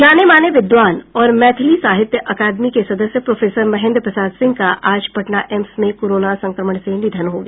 जाने माने विद्वान और मैथिली साहित्य अकादमी के सदस्य प्रोफेसर महेन्द्र प्रसाद सिंह का आज पटना एम्स में कोरोना संक्रमण से निधन हो गया